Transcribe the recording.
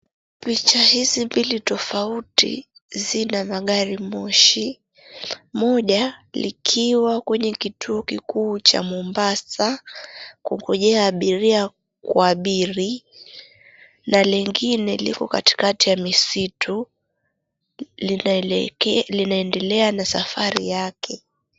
Picha hizi mbili tofauti zina magari moshi. Moja likiwa kwenye kituo kikuu cha mombasa kungojea abiria kuabiri na lingine liko katikati ya misitu linaendelea na safari yake